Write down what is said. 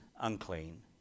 unclean